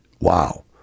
Wow